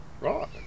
Right